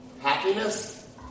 Happiness